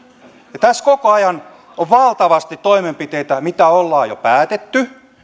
tässä koko ajan on valtavasti toimenpiteitä mistä ollaan jo päätetty